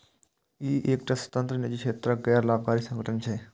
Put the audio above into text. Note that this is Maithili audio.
ई एकटा स्वतंत्र, निजी क्षेत्रक गैर लाभकारी संगठन छियै